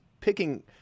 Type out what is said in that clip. picking